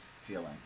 feeling